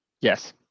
Yes